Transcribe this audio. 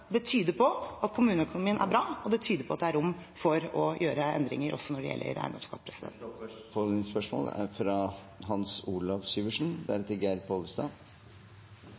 på at kommuneøkonomien er bra, og det tyder på at det er rom for å gjøre endringer også når det gjelder eiendomsskatt. Hans Olav Syversen – til oppfølgingsspørsmål.